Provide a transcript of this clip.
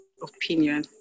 Opinion